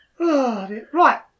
Right